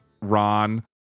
Ron